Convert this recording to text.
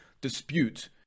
dispute